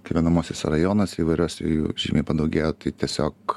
gyvenamuosiuose rajonuose įvairiuose jų žymiai padaugėjo tai tiesiog